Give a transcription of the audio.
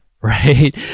right